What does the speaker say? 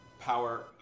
power